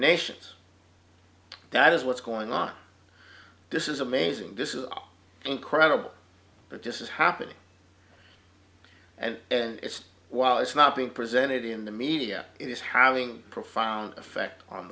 nations that is what's going on this is amazing this is all incredible but this is happening and and it's while it's not being presented in the media it is having a profound effect on